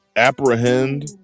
apprehend